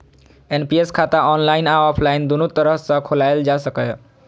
NPS खाता online आ offline, दुनू तरह सं खोलाएल जा सकैए